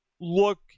look